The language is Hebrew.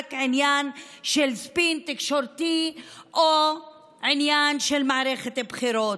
רק עניין של ספין תקשורתי או עניין של מערכת בחירות,